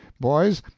boys,